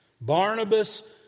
Barnabas